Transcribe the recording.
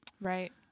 Right